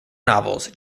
novels